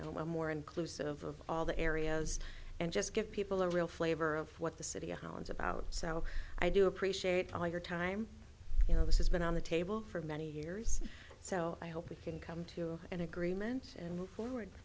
one more inclusive of all the areas and just give people a real flavor of what the city hounds about so i do appreciate all your time you know this has been on the table for many years so i hope we can come to an agreement and move forward